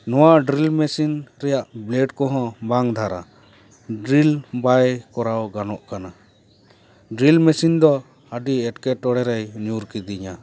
ᱱᱚᱣᱟ drill machine ᱨᱮᱭᱟ blade ᱠᱚᱦᱚᱸ ᱵᱟᱝ ᱫᱷᱟᱨᱟ ᱰᱨᱤᱞ ᱵᱟᱭ ᱠᱚᱨᱟᱣ ᱜᱟᱱᱚᱠᱟᱱᱟ ᱰᱨᱤᱞ ᱢᱮᱥᱤᱱ ᱫᱚ ᱟᱹᱰᱤ ᱮᱴᱠᱮ ᱴᱚᱲᱮᱨᱮᱭ ᱧᱩᱨ ᱠᱤᱫᱤᱧᱟᱹ